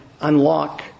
unlock